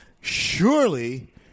surely